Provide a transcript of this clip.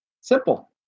Simple